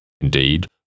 Indeed